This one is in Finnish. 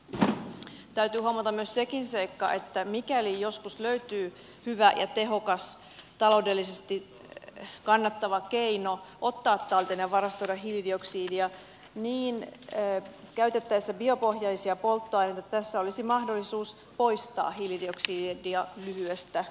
täytyy huomata myös sekin seikka että mikäli joskus löytyy hyvä ja tehokas taloudellisesti kannattava keino ottaa talteen ja varastoida hiilidioksidia niin käytettäessä biopohjaisia polttoaineita tässä olisi mahdollisuus poistaa hiilidioksiidi ja hyvyydestä